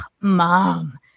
mom